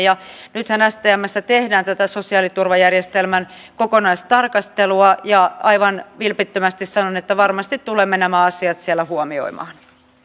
nythän stmssä tehdään tätä sosiaaliturvajärjestelmän kokonaistarkastelua ja aivan vilpittömästi sanon että varmasti tulemme nämä asiat siellä huomioimaan